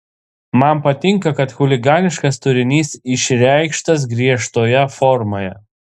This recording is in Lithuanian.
man patinka kad chuliganiškas turinys išreikštas griežtoje formoje